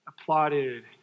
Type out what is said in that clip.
applauded